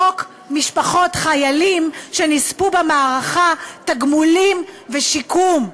חוק משפחות חיילים שנספו במערכה (תגמולים ושיקום)